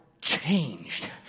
changed